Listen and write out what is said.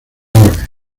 árabe